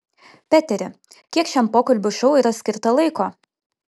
peteri kiek šiam pokalbių šou yra skirta laiko